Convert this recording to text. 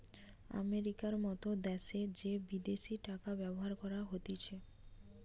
আমেরিকার মত দ্যাশে যে বিদেশি টাকা ব্যবহার করা হতিছে